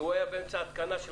והוא היה באמצע התקנה,